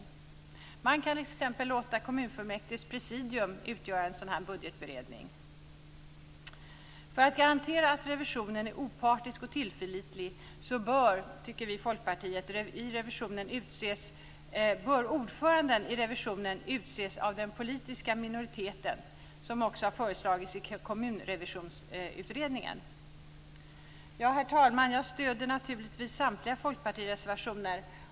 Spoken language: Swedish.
Det går t.ex. att låta kommunfullmäktiges presidium utgöra en sådan budgetberedning. För att garantera att revisionen är opartisk och tillförlitlig bör, tycker vi i Folkpartiet, ordföranden i revisionen utses av den politiska minoriteten, som också har föreslagits i Kommunrevisionsutredningen. Herr talman! Jag stöder samtliga folkpartireservationer.